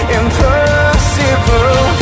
impossible